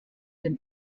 den